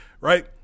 right